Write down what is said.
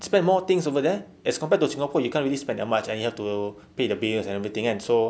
spend more things over there as compared to singapore you can't really spend that much you have to pay the bills and everything kan so